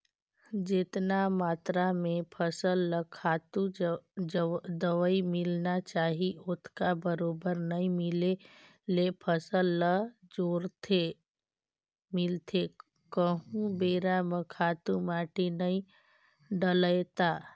जेतना मातरा में फसल ल खातू, दवई मिलना चाही ओतका बरोबर नइ मिले ले फसल ल थोरहें मिलथे कहूं बेरा म खातू माटी नइ डलय ता